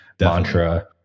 Mantra